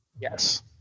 Yes